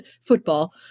football